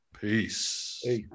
Peace